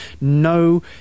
no